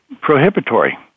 prohibitory